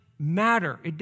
matter